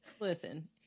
Listen